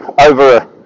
over